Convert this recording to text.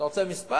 אתה רוצה מספר?